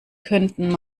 könnten